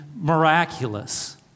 miraculous